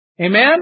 Amen